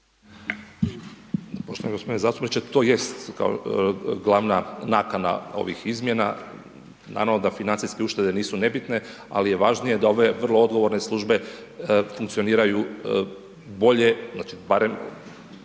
Poštovani gospodine zastupniče, to jest glavna nakana ovih izmjena, naravno da financijske uštede nisu nebitne, ali je važnije da ove vrlo odgovorne službe funkcioniraju bolje, znači, barem,